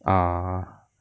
ah